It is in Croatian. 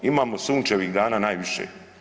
Imamo sunčevih dana najviše.